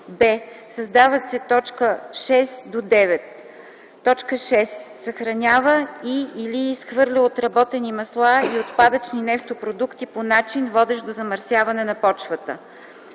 б) създават се т. 6-9: „6. съхранява и/или изхвърля отработени масла и отпадъчни нефтопродукти по начин, водещ до замърсяване на почвата;